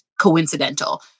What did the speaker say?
coincidental